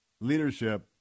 Leadership